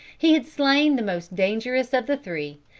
he had slain the most dangerous of the three,